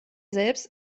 selbst